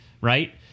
Right